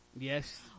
Yes